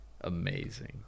amazing